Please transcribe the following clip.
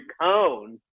cone